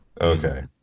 Okay